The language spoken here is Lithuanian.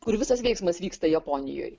kur visas veiksmas vyksta japonijoj